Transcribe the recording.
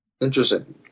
Interesting